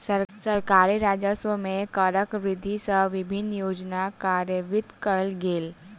सरकारी राजस्व मे करक वृद्धि सँ विभिन्न योजना कार्यान्वित कयल गेल